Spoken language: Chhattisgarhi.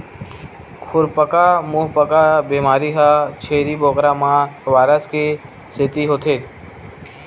खुरपका मुंहपका बेमारी ह छेरी बोकरा म वायरस के सेती होथे